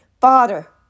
Father